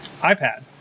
iPad